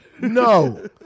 No